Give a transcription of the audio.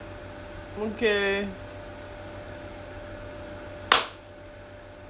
okay